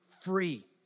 free